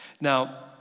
Now